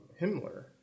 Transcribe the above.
himmler